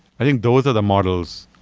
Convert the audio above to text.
i think those are the models,